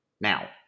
Now